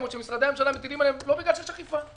או שמשרדי הממשלה מטילים אליהם לא בגלל שיש אכיפה.